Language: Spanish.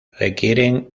requieren